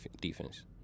defense